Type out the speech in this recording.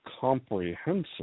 comprehensive